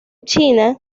china